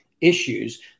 issues